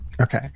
Okay